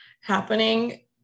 happening